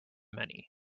many